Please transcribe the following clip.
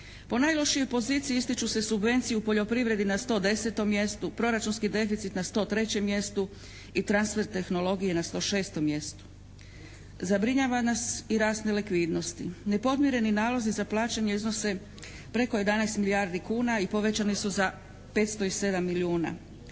Po najlošijoj poziciji ističu se subvencije u poljoprivredi na 110. mjestu, proračunski deficit na 103. mjestu i transfer tehnologije na 106. mjestu. Zabrinjava nas i rast nelikvidnosti. Nepodmireni nalozi za plaćanje iznose preko 11 milijardi kuna i povećani su za 507 milijuna.